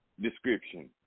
description